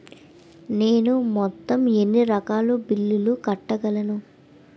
నేను మొత్తం ఎన్ని రకాల బిల్లులు కట్టగలను?